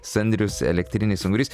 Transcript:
sandrius elektrinis ungurys